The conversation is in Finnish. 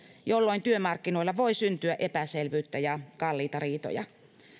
jolloin työmarkkinoilla voi syntyä epäselvyyttä ja kalliita riitoja